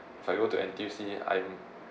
if I go to N_T_U_C I'm